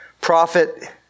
prophet